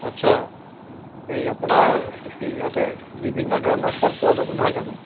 আচ্ছা এই আপোনাৰ এই ইয়াতে বিভিন্ন ধৰণৰ ফল পোৱা যাব নহয় জানো